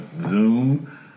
Zoom